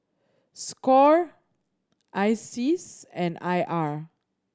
score ISEAS and I R